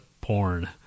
porn